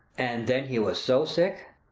and then he was so sick